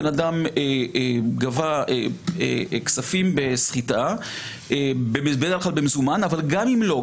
בן אדם גבה כספים בסחיטה בדרך כל במזומן אבל גם אם לא,